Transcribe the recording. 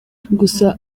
gusa